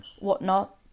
whatnot